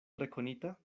rekonita